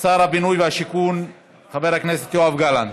שר הבינוי והשיכון חבר הכנסת יואב גלנט.